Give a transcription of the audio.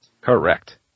Correct